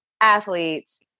athletes